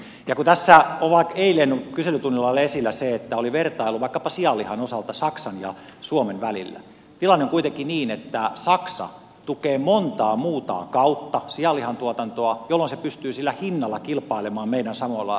kun tässä on eilen kyselytunnilla ollut esillä se että oli vertailu vaikkapa sianlihan osalta saksan ja suomen välillä tilanne on kuitenkin niin että saksa tukee montaa muuta kautta sianlihan tuotantoa jolloin se pystyy sillä hinnalla kilpailemaan meidän samoilla markkinoillamme